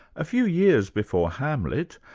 a few years before hamlet,